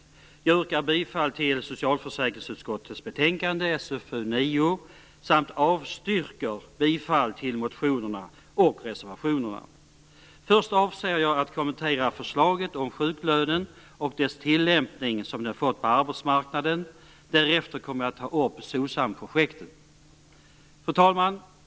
Jag yrkar bifall till hemställan i socialförsäkringsutskottets betänkande SfU9 samt avstyrker bifall till motionerna och reservationerna. Först avser jag att kommentera förslaget om sjuklönen och den tillämpning som den fått på arbetsmarknaden, och därefter kommer jag att ta upp Fru talman!